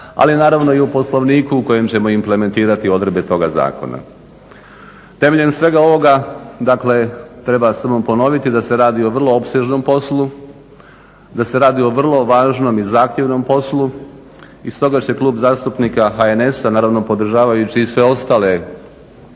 Ali naravno i u Poslovniku u kojem ćemo implementirati odredbe toga zakona. Temeljem svega ovoga, dakle treba samo ponoviti da se radi o vrlo opsežnom poslu, da se radi o vrlo važnom i zahtjevnom poslu i stoga će Klub zastupnika HNS-a naravno podržavajući i sve ostale izmjene